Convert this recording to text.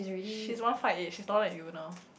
she's one five eight she's taller than you now